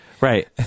right